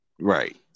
Right